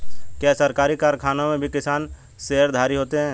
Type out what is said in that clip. क्या सरकारी कारखानों में भी किसान शेयरधारी होते हैं?